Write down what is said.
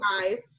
guys